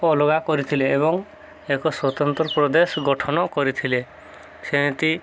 ଅଲଗା କରିଥିଲେ ଏବଂ ଏକ ସ୍ୱତନ୍ତ୍ର ପ୍ରଦେଶ ଗଠନ କରିଥିଲେ ସେମିତି